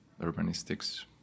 urbanistics